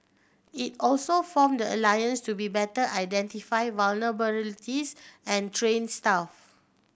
it also form the alliance to be better identify vulnerabilities and train staff